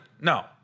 No